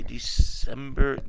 December